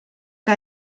que